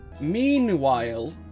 Meanwhile